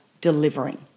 delivering